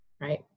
right